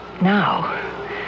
Now